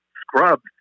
scrubs